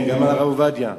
כן, גם הרב עובדיה.